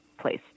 place